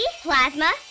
plasma